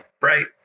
right